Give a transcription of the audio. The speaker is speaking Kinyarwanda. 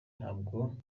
ntabwo